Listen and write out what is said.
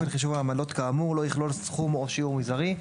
חישוב העמלות כאמור לא יכלול סכום או שיעור מזערי".